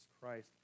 Christ